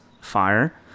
fire